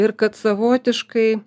ir kad savotiškai